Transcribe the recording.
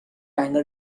anger